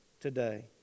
today